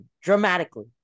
Dramatically